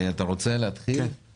אתה רוצה לפתוח את הדיון?